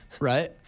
Right